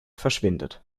verschwindet